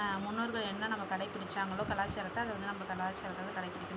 முன்னோர்கள் என்ன நம்ம கடைபிடித்தாங்களோ கலாச்சாரத்தை அதை வந்து நம்ம கலாச்சாரத்தை வந்து கடைபிடிக்கணும்